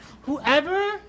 Whoever